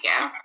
go